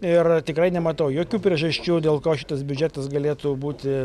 ir tikrai nematau jokių priežasčių dėl ko šitas biudžetas galėtų būti